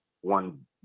one